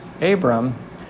Abram